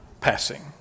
passing